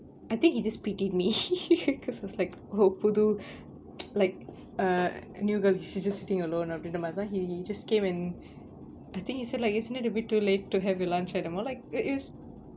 I think he just pitied me cause was like புது:puthu like err new girl she's just sitting alone okay never mind then he just came and I think he said like isn't it a bit too late to have your lunch at the mall like it's it's